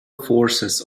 forces